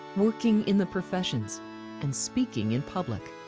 working in the professions and speaking in public.